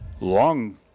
Long